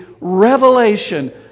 revelation